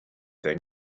then